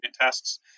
tests